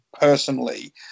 personally